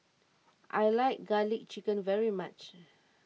I like Garlic Chicken very much